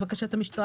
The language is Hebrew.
לבקשת המשטרה,